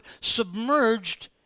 submerged